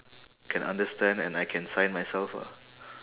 can understand and I can sign myself ah